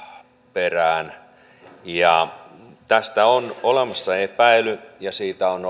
perään tästä on olemassa epäily ja siitä on